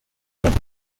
donald